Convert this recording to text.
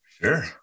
sure